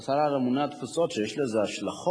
אתה השר הממונה על התפוצות, יש לזה השלכות.